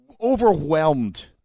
overwhelmed